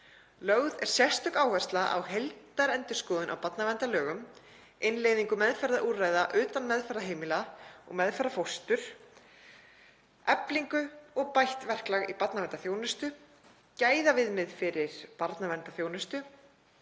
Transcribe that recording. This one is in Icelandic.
Lögð er sérstök áhersla á heildarendurskoðun á barnaverndarlögum, innleiðingu meðferðarúrræða utan meðferðarheimila og meðferðarfóstur, eflingu og bætt verklag í barnaverndarþjónustu, gæðaviðmið fyrir barnaverndarþjónustu,